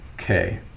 Okay